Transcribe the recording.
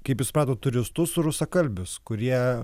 kaip jis suprato turistus rusakalbius kurie